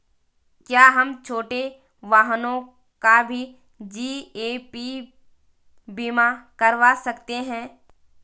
क्या हम छोटे वाहनों का भी जी.ए.पी बीमा करवा सकते हैं?